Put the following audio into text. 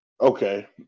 Okay